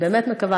אני באמת מקווה.